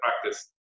practice